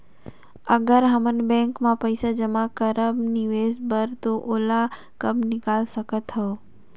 अगर हमन बैंक म पइसा जमा करब निवेश बर तो ओला कब निकाल सकत हो?